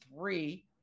three